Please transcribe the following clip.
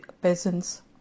peasants